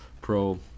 pro